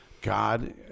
God